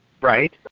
Right